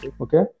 Okay